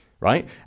Right